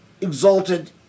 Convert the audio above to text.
exalted